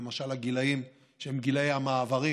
למשל הגילים שהם גילי המעברים,